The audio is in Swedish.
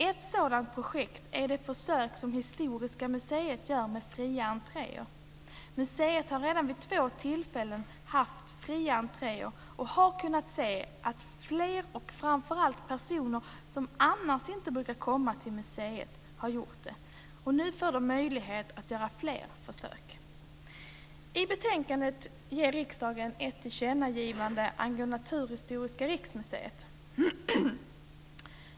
Ett sådant projekt är det försök som Historiska museet gör med fri entré. Museet har redan vid två tillfällen haft försök med fri entré, och man har kunnat se att fler personer och framför allt personer som annars inte brukar komma till museet har kommit. Nu får de möjlighet att göra fler försök. I betänkandet gör riksdagen ett tillkännagivande angående Naturhistoriska riksmuseet.